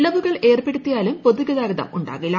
ഇളവുകൾ ഏർപ്പെടുത്തിയാലും പൊതുഗതാഗതം ഉണ്ടാകില്ല